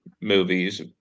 movies